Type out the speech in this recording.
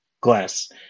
glass